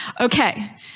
Okay